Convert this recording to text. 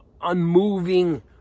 unmoving